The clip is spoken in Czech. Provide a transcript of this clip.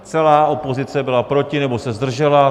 Celá opozice byla proti nebo se zdržela.